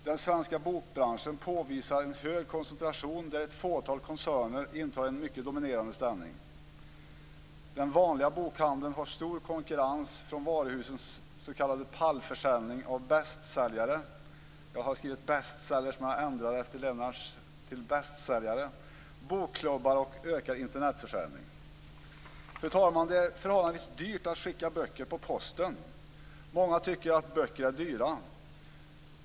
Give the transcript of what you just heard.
Den svenska bokbranschen påvisar en hög koncentration där ett fåtal koncerner intar en mycket dominerande ställning. Den vanliga bokhandeln har stor konkurrens från varuhusens s.k. pallförsäljning av bästsäljare - jag hade skrivit bestsellers, men jag ändrade det efter Lennart Fridéns anförande till bästsäljare - bokklubbar och ökad Internetförsäljning. Fru talman! Det är förhållandevis dyrt att skicka böcker på posten. Många tycker att böcker är dyra.